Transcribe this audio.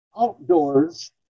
outdoors